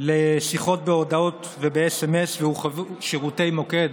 לשיחות בהודעות ובסמ"ס, והורחבו שירותי מוקד